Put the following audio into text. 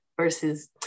versus